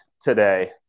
today